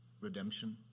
redemption